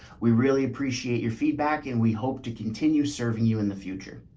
we really appreciate your feedback and we hope to continue serving you in the future.